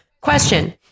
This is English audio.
Question